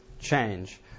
change